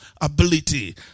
ability